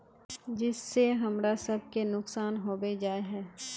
जिस से हमरा सब के नुकसान होबे जाय है?